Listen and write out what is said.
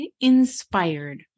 inspired